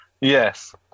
Yes